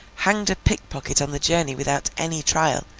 hanged a pickpocket on the journey without any trial,